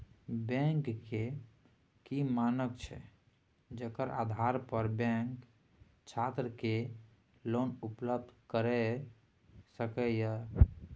Bank के की मानक छै जेकर आधार पर बैंक छात्र के लोन उपलब्ध करय सके ये?